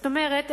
זאת אומרת,